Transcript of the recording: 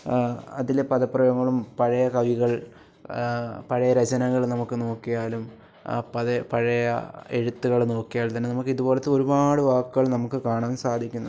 അതിലെ പദപ്രയോഗങ്ങളും പഴയ കവികൾ പഴയ രചനകൾ നമുക്ക് നോക്കിയാലും ആ പ പഴയ എഴുത്തുകൾ നോക്കിയാൽ തന്നെ നമുക്ക് ഇതുപോലെ ഒരുപാട് വാക്കുകൾ നമുക്ക് കാണാൻ സാധിക്കുന്നുണ്ട്